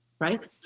Right